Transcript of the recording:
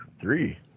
three